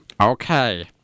Okay